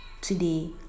Today